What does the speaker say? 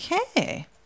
Okay